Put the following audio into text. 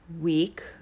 week